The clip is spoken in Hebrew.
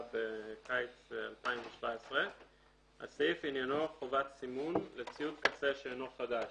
בקיץ 2017. הסעיף עניינו חובת סימון לציוד קצה שאינו חדש.